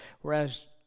whereas